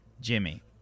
Jimmy